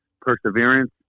perseverance